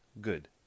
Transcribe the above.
Good